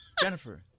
Jennifer